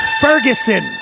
Ferguson